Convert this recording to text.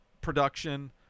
production